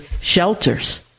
shelters